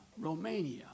Romania